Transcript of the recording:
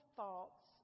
thoughts